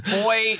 Boy